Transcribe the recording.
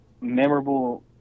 memorable